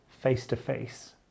face-to-face